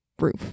roof